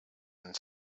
and